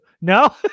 No